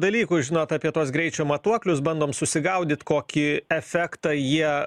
dalykų žinot apie tuos greičio matuoklius bandom susigaudyt kokį efektą jie